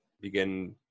begin